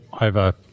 over